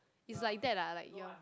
it's like that ah that like your